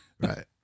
Right